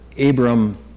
Abram